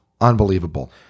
Unbelievable